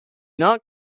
not